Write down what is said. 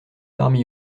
parmi